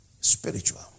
spiritual